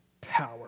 power